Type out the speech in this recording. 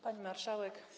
Pani Marszałek!